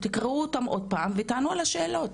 תקראו אותם עוד פעם ותענו על השאלות.